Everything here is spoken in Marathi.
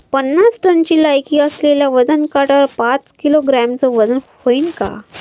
पन्नास टनची लायकी असलेल्या वजन काट्यावर पाच किलोग्रॅमचं वजन व्हईन का?